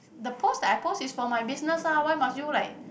the post that I post is for my business lah why must you like